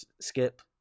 Skip